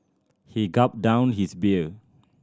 he gulped down his beer